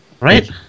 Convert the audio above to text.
Right